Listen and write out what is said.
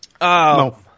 No